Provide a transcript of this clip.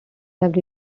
have